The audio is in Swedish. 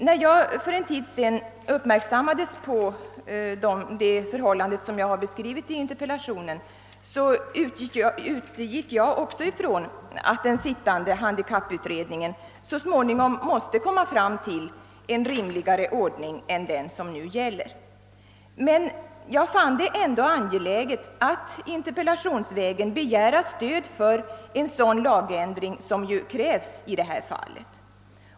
När jag för en tid sedan gjordes uppmärksam på det i interpellationen beskrivna förhållandet utgick jag också från att den sittande handikapputredningen så småningom måste komma fram till en rimligare ordning än den som nu gäller, men jag fann det ändå vara angeläget att interpellationsvägen begära stöd för en sådan lagändring som kräves i detta fall.